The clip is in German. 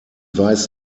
weiß